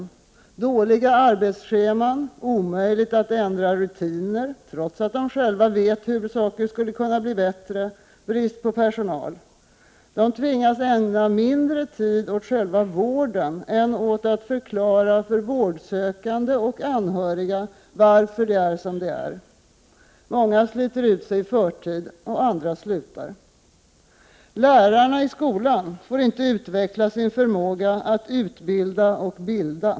De har dåliga arbetsscheman, det är omöjligt att ändra rutiner, trots att de själva vet hur saker skulle kunna bli bättre, och det är brist på personal. De tvingas ägna mindre tid åt själva vården än åt att förklara för vårdsökande och anhöriga varför det är som det är. Många sliter ut sig i förtid, andra slutar. Lärarna i skolan får inte utveckla sin förmåga att utbilda och bilda.